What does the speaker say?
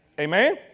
Amen